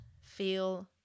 feel